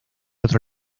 otro